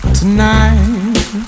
tonight